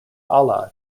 allah